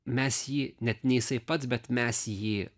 mes jį net ne jisai pats bet mes jį